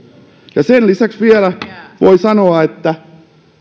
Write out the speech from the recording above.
sen lisäksi vielä voi sanoa että